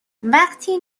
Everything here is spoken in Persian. وقتی